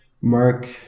mark